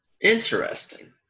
interesting